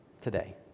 today